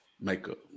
makeup